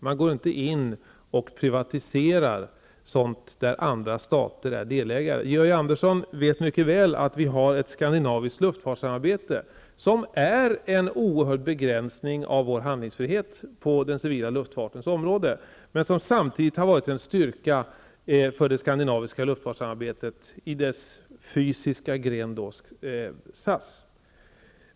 Man går inte in och privatiserar sådant som andra stater är delägare i. Georg Andersson vet mycket väl att vi har ett skandinaviskt luftfartssamarbete som är en oerhörd begränsning av vår handlingsfrihet på den civila luftfartens område men som samtidigt har varit en styrka för det skandinaviska luftfartssamarbetets fysiska gren, SAS.